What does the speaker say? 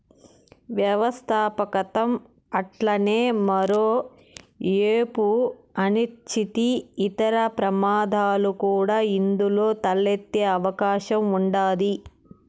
వ్యవస్థాపకతం అట్లనే మరో ఏపు అనిశ్చితి, ఇతర ప్రమాదాలు కూడా ఇందులో తలెత్తే అవకాశం ఉండాది